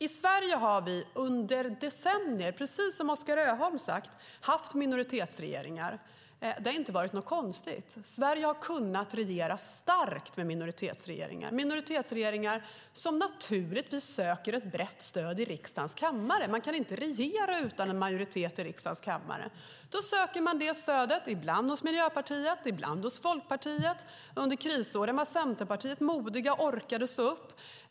I Sverige har vi under decennier, precis som Oskar Öholm har sagt, haft minoritetsregeringar. Det har inte varit något konstigt. Sverige har kunnat regeras starkt med minoritetsregeringar - som naturligtvis har sökt brett stöd i riksdagens kammare. Man kan inte regera utan majoritet i riksdagens kammare. Då söker man det stödet, ibland hos Miljöpartiet, ibland hos Folkpartiet. Under krisåren var centerpartisterna modiga och orkade stå upp.